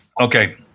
Okay